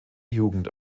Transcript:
jugend